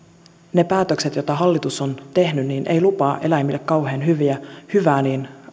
ne päätökset joita hallitus on tehnyt eivät lupaa eläimille kauhean hyvää